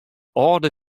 âlde